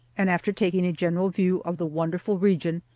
and, after taking a general view of the wonderful region,